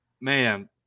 man